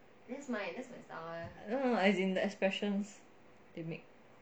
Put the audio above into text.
no no as in the expressions they make